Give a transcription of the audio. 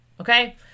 okay